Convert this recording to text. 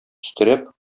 өстерәп